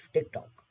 TikTok